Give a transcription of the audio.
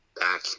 back